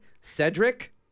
Cedric –